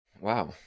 Wow